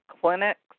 clinics